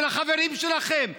של החברים שלכם.